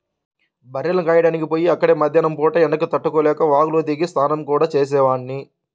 బర్రెల్ని కాయడానికి పొయ్యి అక్కడే మద్దేన్నం పూట ఎండకి తట్టుకోలేక వాగులో దిగి స్నానం గూడా చేసేవాడ్ని